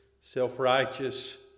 self-righteous